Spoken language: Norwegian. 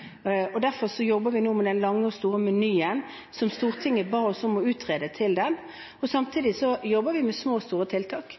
og derfor jobber vi nå med den lange og store menyen som Stortinget ba oss om å utrede til den. Samtidig jobber vi med små og